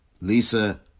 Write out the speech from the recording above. Lisa